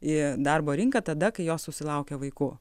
į darbo rinką tada kai jos susilaukia vaikų